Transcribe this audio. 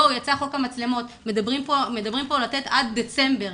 מדברים פה לתת עד דצמבר.